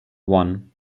one